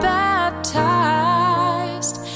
baptized